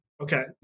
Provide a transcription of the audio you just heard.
Okay